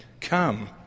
Come